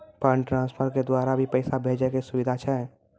Fund transfer के द्वारा भी पैसा भेजै के सुविधा छै?